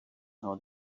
how